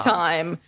time